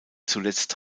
zuletzt